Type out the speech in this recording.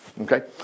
Okay